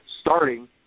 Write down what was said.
starting